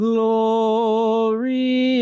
Glory